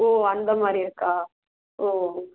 ஓ அந்த மாதிரி இருக்கா ஓ ஓ